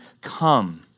come